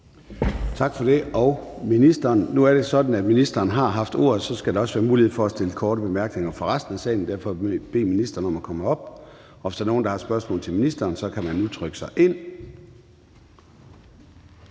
Tak for det. Nu er det sådan, at ministeren har haft ordet, og at der så også skal være mulighed for at komme med korte bemærkninger fra resten af salen. Derfor vil jeg bede ministeren om at komme herop, og hvis der er nogen, der har spørgsmål til ministeren, så kan man nu trykke sig ind.